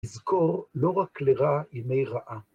לזכור לא רק לרעה, ימי רעה.